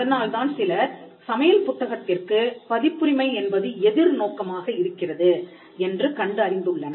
அதனால்தான் சிலர் சமையல் புத்தகத்திற்கு பதிப்புரிமை என்பது எதிர் நோக்காக இருக்கிறது என்று கண்டறிந்துள்ளனர்